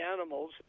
animals